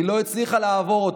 היא לא הצליחה לעבור.